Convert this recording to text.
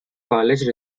college